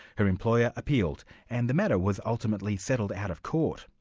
her employer appealed and the matter was ultimately settled out of court.